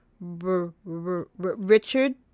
Richard